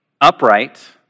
upright